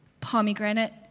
pomegranate